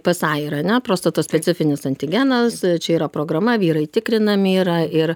psa yra ane prostatos specifinis antigenas čia yra programa vyrai tikrinami yra ir